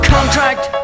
Contract